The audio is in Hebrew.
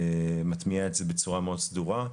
מטמיעה את זה בצורה מאוד סדורה.